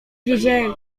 wiedzieli